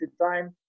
time